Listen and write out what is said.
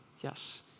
yes